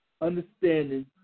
understanding